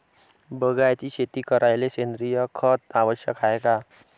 बागायती शेती करायले सेंद्रिय खत आवश्यक हाये का?